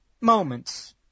moments